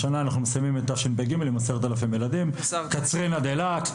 השנה אנחנו מסיימים את תשפ"ג עם 10,000 ילדים מקצרין עד אילת.